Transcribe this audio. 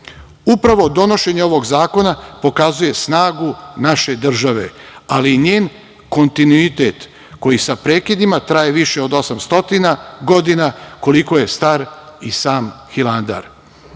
Gori. Upravo, donošenje ovog zakona pokazuje snagu naše države, ali njen kontinuitet koji sa prekidima traje više od 800 godina, koliko je star i sam Hilandar. Donošenje